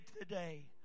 today